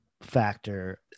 factor